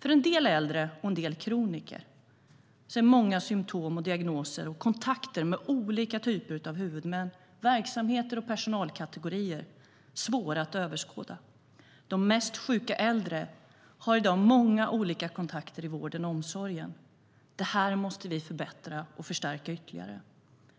För en del äldre och en del kroniker är många symtom, diagnoser och kontakter med olika typer av huvudmän, verksamheter och personalkategorier svåra att överskåda. De mest sjuka äldre har i dag många olika kontakter i vården och omsorgen. Det här måste vi förbättra och förstärka ytterligare.